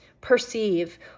perceive